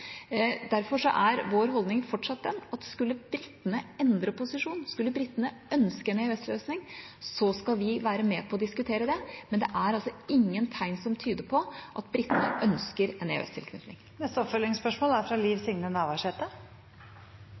er vår holdning fortsatt den at skulle britene endre posisjon, skulle britene ønske en EØS-løsning, skal vi være med på å diskutere det. Men det er altså ingen tegn som tyder på at britene ønsker en EØS-tilknytning. Det åpnes for oppfølgingsspørsmål – Liv Signe Navarsete.